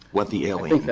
what the alien